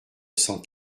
cent